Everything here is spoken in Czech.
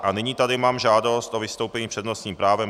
A nyní tady mám žádost o vystoupení s přednostním právem.